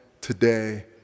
today